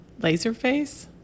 Laserface